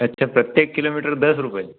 अच्छा प्रत्येक किलोमीटर दस रुपये